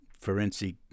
forensic